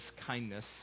kindness